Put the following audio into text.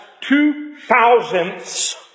two-thousandths